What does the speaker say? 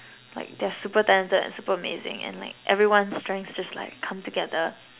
like they're like super talented and amazing and everyone's strengths just like come together